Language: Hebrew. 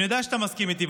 אני יודע שאתה מסכים איתי,